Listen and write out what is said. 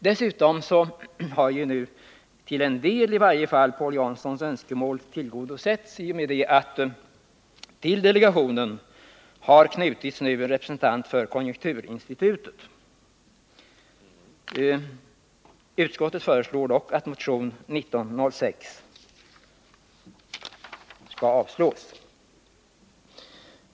Dessutom har Paul Janssons önskemål i varje fall till en del tillgodosetts i och med att till delegationen nu knutits en representant för konjunkturinstitutet. Utskottet föreslår dock att motion 1906 skall avslås.